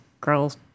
girls